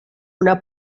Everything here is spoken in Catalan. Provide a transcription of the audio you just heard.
una